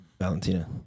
Valentina